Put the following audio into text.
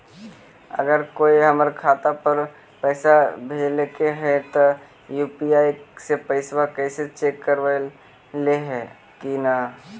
अगर कोइ हमर खाता पर पैसा भेजलके हे त यु.पी.आई से पैसबा कैसे चेक करबइ ऐले हे कि न?